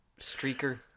Streaker